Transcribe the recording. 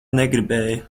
negribēju